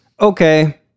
Okay